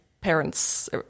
parents